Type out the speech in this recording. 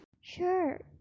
Sure